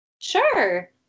sure